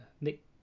Nick